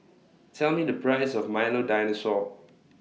Tell Me The Price of Milo Dinosaur